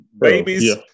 babies